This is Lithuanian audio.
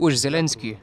už zelenskį